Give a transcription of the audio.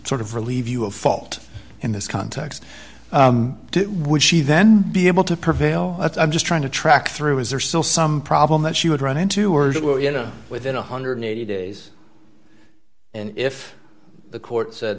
sort of relieve you of fault in this context would she then be able to prevail i'm just trying to track through is there still some problem that she would run into or you know within a one hundred and eighty dollars days and if the court said